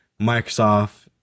Microsoft